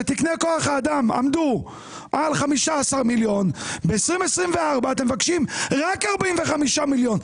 כשתקני כוח האדם עמדו על 15 מיליון וב-2024 אתם מבקשים רק 45 מיליון.